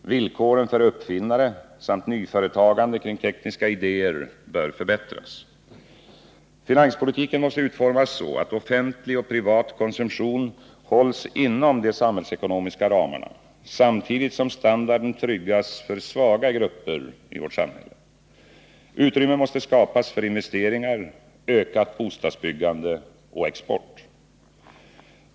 Villkoren för uppfinnare samt för nyföretagande kring tekniska idéer bör förbättras. Finanspolitiken måste utformas så att offentlig och privat konsumtion hålls inom de samhällsekonomiska ramarna samtidigt som standarden tryggas för svaga grupper i vårt samhälle. Utrymme måste skapas för investeringar, ökat bostadsbyggande och export.